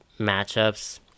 matchups